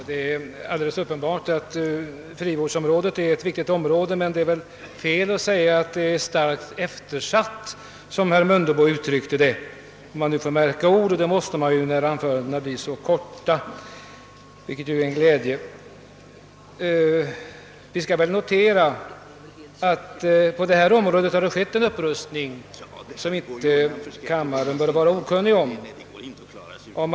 Herr talman! Det är alldeles uppenbart att frivårdsområdet är ett viktigt område, men det är nog fel att säga att det är »starkt eftersatt« som herr Mundebo uttryckte det — om man nu skall märka ord och det måste man kanske få göra när anförandena glädjande nog är så korta. Det har på detta område skett en upprustning som inte kammarens ledamöter bör vara okunniga om.